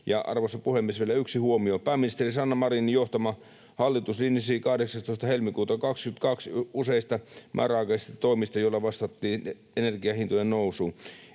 Arvoisa puhemies! Vielä yksi huomio. Pääministeri Sanna Marinin johtama hallitus linjasi 18. helmikuuta 2022 useista määräaikaisista toimista, joilla vastattiin energian hintojen nousuun.